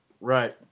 Right